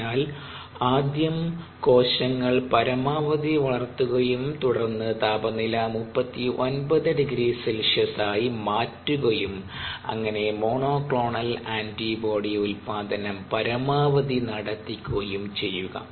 അതിനാൽ ആദ്യം കോശങ്ങൾ പരമാവധി വളർത്തുകയും തുടർന്ന് താപനില 39 0C ആയി മാറ്റുകയും അങ്ങനെ മോണോക്ലോണൽ ആന്റിബോഡി ഉൽപ്പാദനം പരമാവധി നടത്തിക്കുകയും ചെയ്യുക